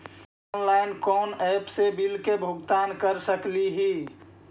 Online कोन app से bill के भुगतान कर सकली ही?